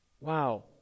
Wow